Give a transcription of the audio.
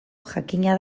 jakina